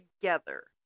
together